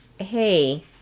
hey